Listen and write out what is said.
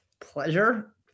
pleasure